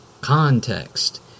Context